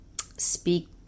speak